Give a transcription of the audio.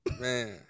Man